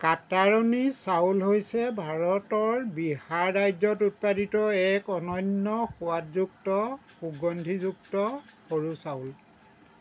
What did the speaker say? কাটাৰণি চাউল হৈছে ভাৰতৰ বিহাৰ ৰাজ্যত উৎপাদিত এক অনন্য সোৱাদযুক্ত সুগন্ধিযুক্ত সৰু চাউল